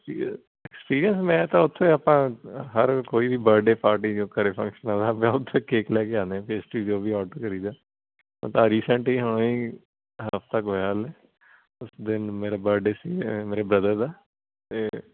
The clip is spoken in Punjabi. ਐਕਸਪੀਰੀਐਂਸ ਐਕਸਪੀਰੀਐਂਸ ਮੈਂ ਤਾਂ ਉੱਥੋਂ ਆਪਾਂ ਹਰ ਕੋਈ ਵੀ ਬਰਥਡੇ ਪਾਰਟੀ ਘਰ ਫੰਕਸ਼ਨ ਹੋਵੇ ਮੈਂ ਉੱਥੋਂ ਕੇਕ ਲੈ ਕੇ ਆਉਂਦਾ ਪੇਸਟੀ ਜੋ ਓਡਰ ਕਰੀ ਦਾ ਹੁਣ ਤਾਂ ਰੀਸੈਂਟ ਹੀ ਇਹ ਹੀ ਹਫ਼ਤਾ ਕੁ ਹੋਇਆ ਅਜੇ ਉਸ ਦਿਨ ਮੇਰਾ ਬਰਡੇ ਸੀ ਮੇਰੇ ਬ੍ਰਦਰ ਦਾ ਅਤੇ